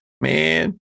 man